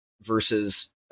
versus